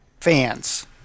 fans